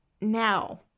Now